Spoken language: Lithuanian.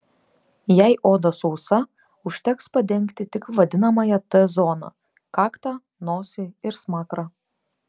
jei oda sausa užteks padengti tik vadinamąją t zoną kaktą nosį ir smakrą